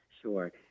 Sure